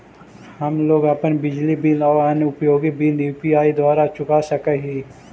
हम लोग अपन बिजली बिल और अन्य उपयोगि बिल यू.पी.आई द्वारा चुका सक ही